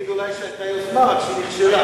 תגיד אולי שהיתה יוזמה, רק שהיא נכשלה.